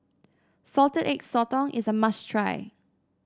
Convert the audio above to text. Salted Egg Sotong is a must try